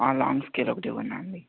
long scale ఒకటి ఇవ్వండి aunty